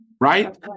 right